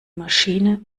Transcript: maschine